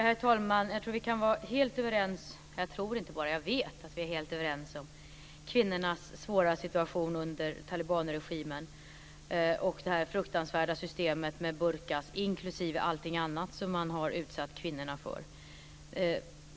Herr talman! Jag vet att vi är helt överens om kvinnornas svåra situation under talibanregimen, det fruktansvärda systemet med burka inklusive allt annat man har utsatt kvinnorna för.